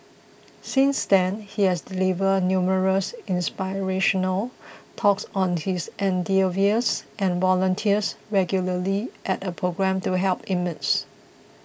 since then he has delivered numerous inspirational talks on his endeavours and volunteers regularly at a programme to help inmates